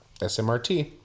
SMRT